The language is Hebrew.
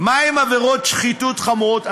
מה עם עבירות שחיתות חמורות?